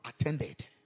attended